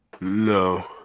No